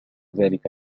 ذلك